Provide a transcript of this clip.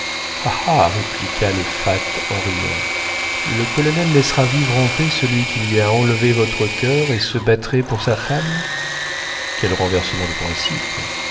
répliqua le fat en riant le colonel laissera vivre en paix celui qui lui a enlevé votre coeur et se battrait pour sa femme quel renversement de principes